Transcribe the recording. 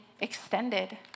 extended